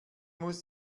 muss